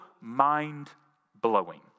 mind-blowing